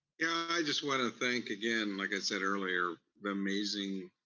yeah i just wanna thank, again, like i said earlier, the amazing,